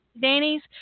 Danny's